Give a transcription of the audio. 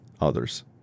others